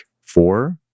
four